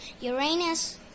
Uranus